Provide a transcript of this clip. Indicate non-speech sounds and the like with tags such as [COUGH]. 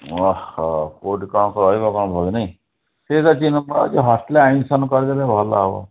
ଓହୋ କେଉଁଠି କ'ଣ କରିବ [UNINTELLIGIBLE] ନାଇଁ ଠିକ୍ ଅଛି ମୁଁ ଭାବୁଛି ହଷ୍ଟେଲ୍ରେ ଆଡ଼୍ମିଶନ୍ କରିଦେଲେ ଭଲ ହେବ